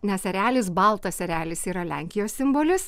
nes erelis baltas erelis yra lenkijos simbolis